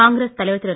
காங்கிரஸ் தலைவர் திரு